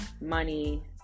money